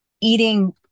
eating